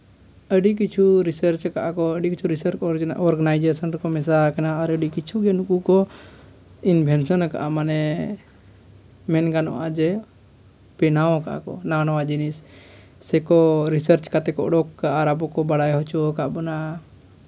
ᱟᱹᱰᱤ ᱠᱤᱪᱷᱩ ᱨᱤᱥᱟᱨᱪ ᱠᱟᱜᱼᱟ ᱠᱚ ᱟᱹᱰᱤ ᱠᱤᱪᱷᱩ ᱨᱤᱥᱟᱨᱪ ᱨᱮᱱᱟᱜ ᱚᱨᱜᱟᱱᱟᱭᱡᱮᱥᱮᱱ ᱨᱮᱠᱚ ᱢᱮᱥᱟᱣ ᱠᱟᱱᱟ ᱟᱹᱰᱤ ᱠᱤᱪᱷᱩ ᱜᱮ ᱱᱩᱠᱩ ᱠᱚ ᱤᱱᱵᱷᱮᱱᱥᱮᱱ ᱠᱟᱜᱼᱟ ᱢᱟᱱᱮ ᱢᱮᱱ ᱜᱟᱱᱚᱜᱼᱟ ᱡᱮ ᱵᱮᱱᱟᱣ ᱠᱟᱜᱼᱟ ᱱᱟᱣᱟ ᱱᱟᱣᱟ ᱡᱤᱱᱤᱥ ᱥᱮᱠᱚ ᱨᱤᱥᱟᱨᱪ ᱠᱟᱛᱮᱫ ᱠᱚ ᱩᱰᱩᱠ ᱟᱠᱟᱫ ᱟᱨ ᱟᱵᱚ ᱠᱚ ᱵᱟᱲᱟᱭ ᱦᱚᱪᱚ ᱟᱠᱟᱫ ᱵᱚᱱᱟ